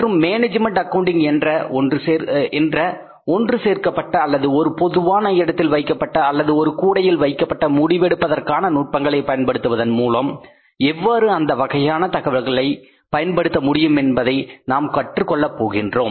மற்றும் management accounting என்ற ஒன்று சேர்க்கப்பட்ட அல்லது ஒரு பொதுவான இடத்தில் வைக்கப்பட்ட அல்லது ஒரு கூடையில் வைக்கப்பட்ட முடிவு எடுப்பதற்கான நுட்பங்களை பயன்படுத்துவதன் மூலம் எவ்வாறு அந்த வகையான தகவல்களை பயன்படுத்த முடியுமென்பதை நாம் கற்றுக்கொள்ள போகின்றோம்